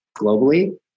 globally